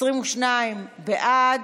22 בעד,